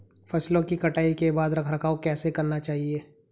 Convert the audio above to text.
फसलों की कटाई के बाद रख रखाव कैसे करना चाहिये?